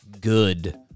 good